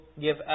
give